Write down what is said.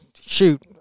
shoot